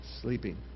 sleeping